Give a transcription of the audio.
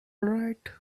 right